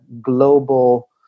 global